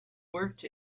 worked